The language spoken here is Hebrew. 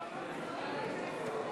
עוד כעשר דקות,